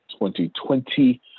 2020